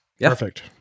Perfect